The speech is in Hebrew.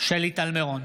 שלי טל מירון,